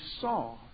saw